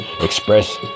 express